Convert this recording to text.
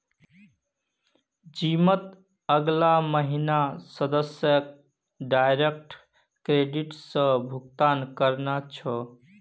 जिमत अगला महीना स सदस्यक डायरेक्ट क्रेडिट स भुक्तान करना छ